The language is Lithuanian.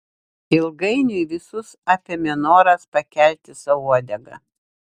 ilgainiui visus apėmė noras pakelti sau uodegą